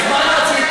אז מה אם רציתי?